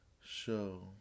show